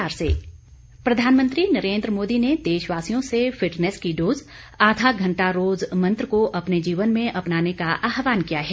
PM fit India प्रधानमंत्री नरेन्द्र मोदी ने देशवासियों से फिटनेस की डोज आधा घंटा रोज मंत्र को अपने जीवन में अपनाने का आहवान किया है